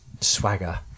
swagger